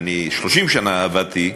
ואני 30 שנה עבדתי,